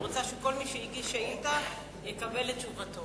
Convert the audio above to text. אני רוצה שכל מי שהגיש שאילתא יקבל את תשובתו.